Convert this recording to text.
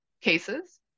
cases